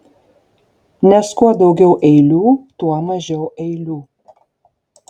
nes kuo daugiau eilių tuo mažiau eilių